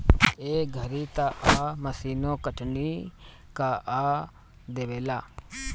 ए घरी तअ मशीनो कटनी कअ देवेला